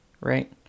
right